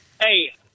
hey